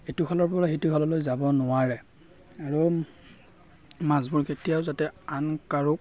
ইটো খালৰ পৰা সিটো খাললৈ যাব নোৱাৰে আৰু মাছবোৰ কেতিয়াওঁ যাতে আন কাৰো